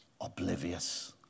oblivious